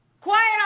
Quiet